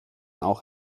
auch